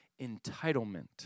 Entitlement